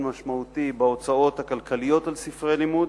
משמעותי בהוצאות הכלכליות על ספרי לימוד.